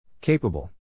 Capable